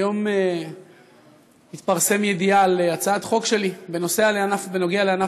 היום התפרסמה ידיעה על הצעת חוק שלי בנושא ענף